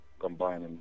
combining